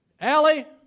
Allie